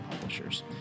publishers